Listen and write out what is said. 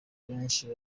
benshi